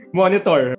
monitor